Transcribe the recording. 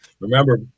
Remember